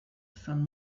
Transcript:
san